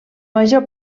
major